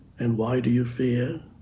and why do you fear,